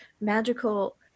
magical